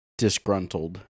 Disgruntled